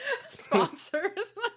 sponsors